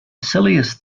silliest